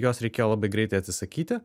jos reikėjo labai greitai atsisakyti